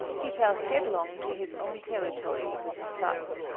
he fell headlong to his own territory with a thud.